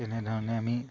তেনেধৰণে আমি